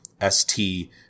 S-T